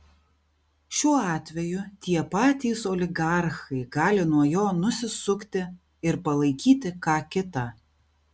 šiuo atveju tie patys oligarchai gali nuo jo nusisukti ir palaikyti ką kitą